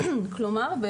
כלומר,